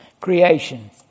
Creation